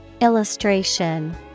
Illustration